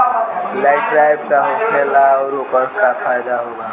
Light trap का होखेला आउर ओकर का फाइदा बा?